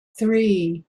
three